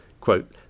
quote